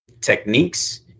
techniques